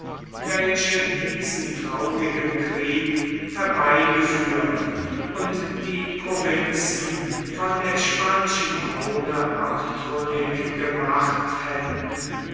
welche diesen traurigen krieg herbeigeführt und die provinzen von der spanischen krone abtrünnig gemacht hätten